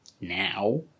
now